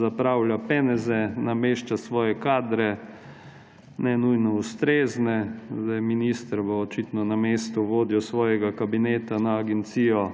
zapravlja peneze, namešča svoje kadre, ne nujno ustrezne. Minister bo očitno namestil vodjo svojega kabineta na agencijo,